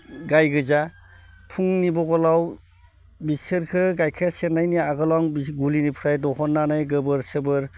गायगोजा फुंनि भगलाव बिसोरखो गायखेर सेरनायनि आगोलाव आं गलिनिफ्राय दिहुननानै गोबोर सोबोर